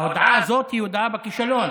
ההודעה הזאת היא הודאה בכישלון.